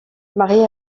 mariée